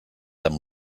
amb